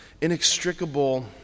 inextricable